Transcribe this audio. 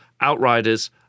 Outriders